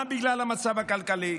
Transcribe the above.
גם בגלל המצב הכלכלי,